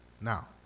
now